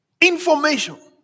information